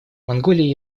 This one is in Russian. монголия